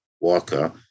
Walker